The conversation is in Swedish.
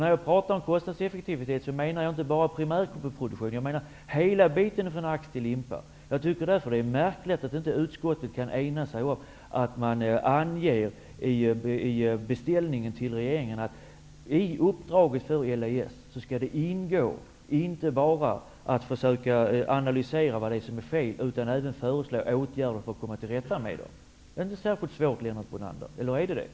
När jag talar om kostnadseffektivitet menar jag inte bara primärproduktionen utan hela vägen från ax till limpa. Jag tycker det är därför märkligt att utskottet inte kan ägna sig åt att framföra till regeringen att i uppdraget till LES ingår inte bara att försöka analysera vad som är fel utan även föreslå åtgärder för att komma tillrätta med felen. Det är inte särskilt svårt, Lennart Brunander. Eller är det svårt?